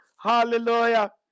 Hallelujah